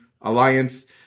Alliance